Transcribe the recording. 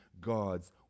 God's